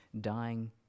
dying